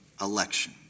election